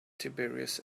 tiberius